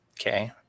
Okay